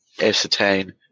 ascertain